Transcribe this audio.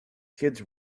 kids